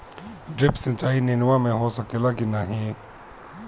Drip सिंचाई नेनुआ में हो सकेला की नाही?